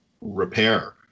repair